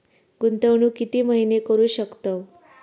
गुंतवणूक किती महिने करू शकतव?